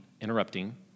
interrupting